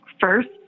first